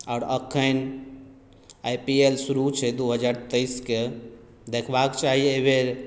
आओर एखन I P L शुरू छै दू हजार तेइसके देखबाक चाही एहिबेर